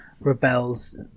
rebels